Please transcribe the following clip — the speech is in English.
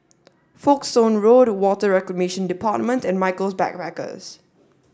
Folkestone Road Water Reclamation Department and Michaels Backpackers